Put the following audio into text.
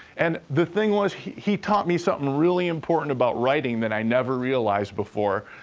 and the thing was, he taught me something really important about writing that i never realized before.